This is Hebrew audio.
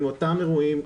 עם אותם אירועים,